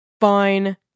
Fine